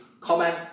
comment